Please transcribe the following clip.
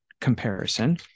comparison